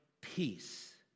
peace